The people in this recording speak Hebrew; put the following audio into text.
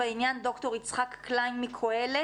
ד"ר יצחק קליין מקהלת.